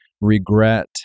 regret